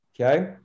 Okay